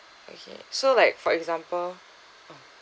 okay so like for example